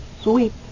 sweet